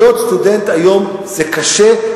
להיות סטודנט היום זה קשה,